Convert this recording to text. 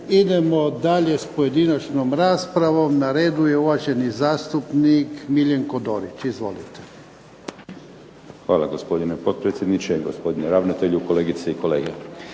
Idemo dalje s pojedinačnom raspravom. Na redu je uvaženi zastupnik Miljenko Dorić. Izvolite. **Dorić, Miljenko (HNS)** Hvala. Gospodine potpredsjedniče, gospodine ravnatelju, kolegice i kolege.